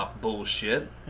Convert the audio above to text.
bullshit